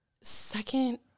second